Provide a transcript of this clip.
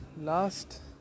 last